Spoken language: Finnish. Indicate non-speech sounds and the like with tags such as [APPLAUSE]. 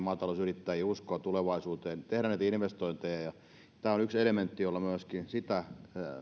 [UNINTELLIGIBLE] maatalousyrittäjiin uskoa tulevaisuuteen uskoa tehdä näitä investointeja ja tämä on yksi elementti jolla myöskin sitä